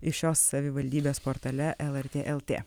iš šios savivaldybės portale lrt lt